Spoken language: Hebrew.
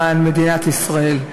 למען מדינת ישראל.